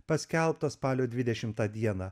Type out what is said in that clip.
paskelbtas spalio dvidešimtą dieną